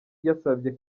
yasabye